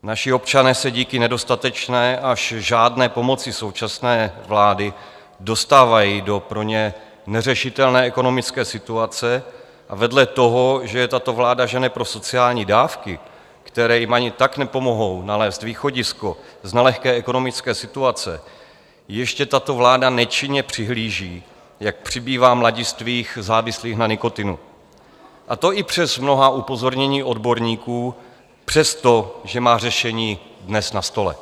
Naši občané se díky nedostatečné až žádné pomoci současné vlády dostávají do pro ně neřešitelné ekonomické situace a vedle toho, že je tato vláda žene pro sociální dávky, které jim ani tak nepomohou nalézt východisko z nelehké ekonomické situace, ještě tato vláda nečinně přihlíží, jak přibývá mladistvých závislých na nikotinu, a to i přes mnohá upozornění odborníků, přestože má řešení dnes na stole.